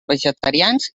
vegetarians